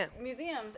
museums